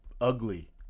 ugly